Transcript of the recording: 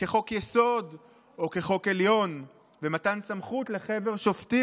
כ'חוק יסוד' או כ'חוק עליון' ומתן סמכות לחבר שופטים",